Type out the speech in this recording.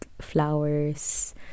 flowers